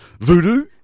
Voodoo